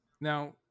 now